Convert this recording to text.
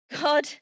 God